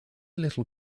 little